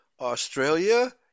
Australia